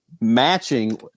matching